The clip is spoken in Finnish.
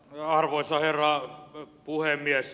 arvoisa herra puhemies